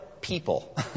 people